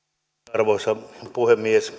arvoisa puhemies